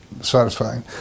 satisfying